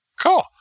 Cool